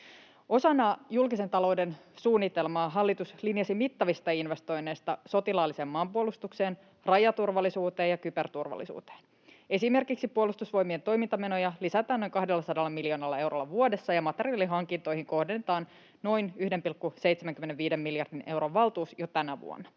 Osana julkisen talouden suunnitelmaa hallitus linjasi mittavista investoinneista sotilaalliseen maanpuolustukseen, rajaturvallisuuteen ja kyberturvallisuuteen. Esimerkiksi Puolustusvoimien toimintamenoja lisätään noin 200 miljoonalla eurolla vuodessa ja materiaalihankintoihin kohdennetaan noin 1,75 miljardin euron valtuus jo tänä vuonna.